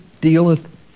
dealeth